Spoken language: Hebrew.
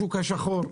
לשוק השחור,